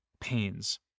pains